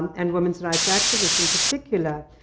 and women's rights activists in particular,